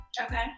Okay